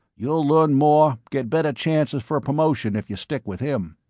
you'll learn more, get better chances for promotion, if you stick with him.